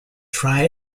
try